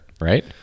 right